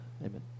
Amen